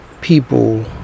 people